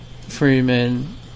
Freeman